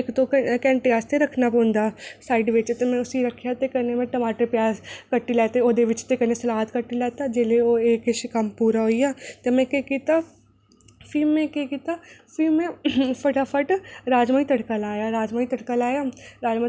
सारि्यां बंग्गां चूड़ियां बगैरा सूट साढ़ियां बगैरा खरीदियां ते सारें ई खुशी खुशी ध्यार औंदे ते सारे खुशी खुशी ध्यार बनांदे ते असें डोगरी लोकें ते गरीबें लोकें केह् बनाना असें ते